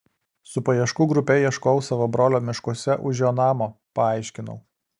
su paieškų grupe ieškojau savo brolio miškuose už jo namo paaiškinau